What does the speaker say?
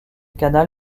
canal